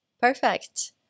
Perfect